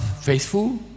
faithful